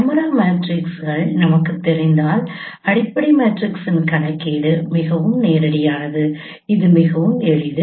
camera மேட்ரக்ஸ்கள் நமக்குத் தெரிந்தால் அடிப்படை மேட்ரிக்ஸின் கணக்கீடு மிகவும் நேரடியானது இது மிகவும் எளிது